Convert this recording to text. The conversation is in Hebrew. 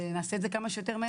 נעשה את זה כמה שיותר מהר.